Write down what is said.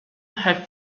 have